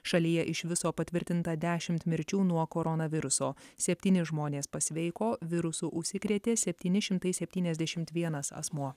šalyje iš viso patvirtinta dešimt mirčių nuo koronaviruso septyni žmonės pasveiko virusu užsikrėtė septyni šimtai septyniasdešimt vienas asmuo